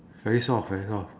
very soft very soft